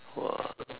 !wah!